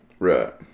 right